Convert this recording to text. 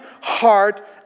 heart